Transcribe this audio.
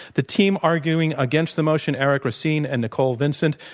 the team arguing against the motion, eric racine and nicole vincent,